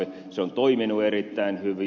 se on toiminut erittäin hyvin